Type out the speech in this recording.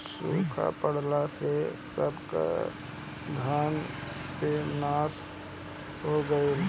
सुखा पड़ला से सबकर धान के नाश हो गईल